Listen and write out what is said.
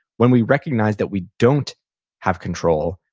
when we recognize that we don't have control,